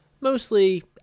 mostly